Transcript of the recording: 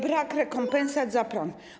Brak rekompensat za prąd.